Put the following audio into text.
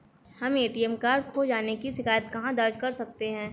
हम ATM card खो जाने की शिकायत कहाँ दर्ज कर सकते हैं?